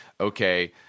okay